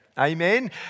Amen